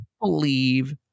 believe